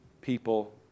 people